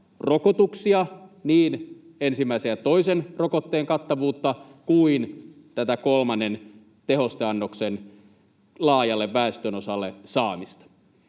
rokotuksia, niin ensimmäisen ja toisen rokotteen kattavuutta kuin tätä kolmannen tehosteannoksen laajalle väestönosalle saamista.